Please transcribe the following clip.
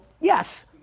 yes